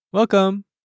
Welcome